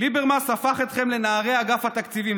ליברמס הפך אתכם לנערי אגף התקציבים,